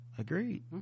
agreed